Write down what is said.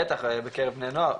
בטח בקרב בני נוער,